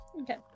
okay